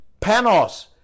Panos